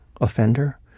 offender